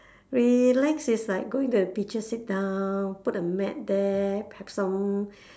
relax is like going to the beaches sit down put a mat there pack some